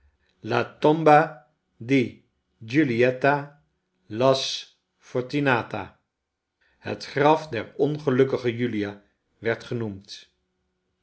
digiuliettala sfortun a t a het graf der ongelukkige julia werd genoemd